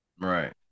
Right